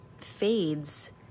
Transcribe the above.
fades